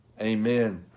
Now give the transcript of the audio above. amen